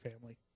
family